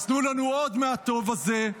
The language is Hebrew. אז תנו לנו עוד מהטוב הזה.